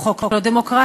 הוא חוק לא דמוקרטי,